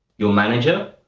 your manager,